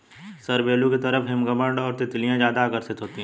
सरू बेल की तरफ हमिंगबर्ड और तितलियां ज्यादा आकर्षित होती हैं